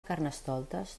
carnestoltes